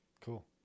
Cool